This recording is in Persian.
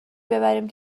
ببریم